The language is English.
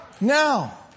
Now